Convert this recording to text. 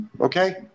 Okay